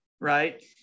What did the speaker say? right